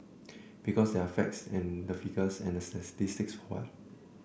because where are the facts and the figures and the statistics for that